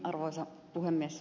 arvoisa puhemies